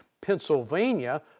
Pennsylvania